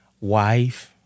wife